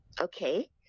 okay